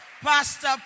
Pastor